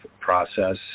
process